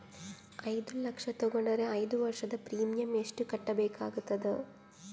ಐದು ಲಕ್ಷ ತಗೊಂಡರ ಐದು ವರ್ಷದ ಪ್ರೀಮಿಯಂ ಎಷ್ಟು ಕಟ್ಟಬೇಕಾಗತದ?